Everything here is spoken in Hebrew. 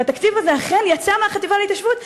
והתקציב הזה אכן יצא מהחטיבה להתיישבות,